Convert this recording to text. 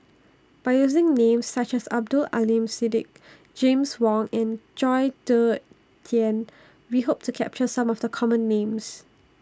By using Names such as Abdul Aleem Siddique James Wong and Chong Tze Chien We Hope to capture Some of The Common Names